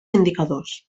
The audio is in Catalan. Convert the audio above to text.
indicadors